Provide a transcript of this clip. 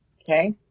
Okay